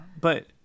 But-